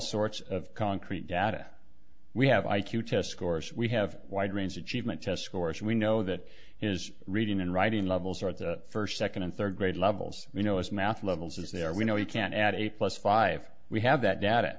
sorts of concrete data we have i q test scores we have a wide range of cheeseman test scores and we know that his reading and writing levels are at the first second and third grade levels you know as math levels as they are we know he can't add a plus five we have that d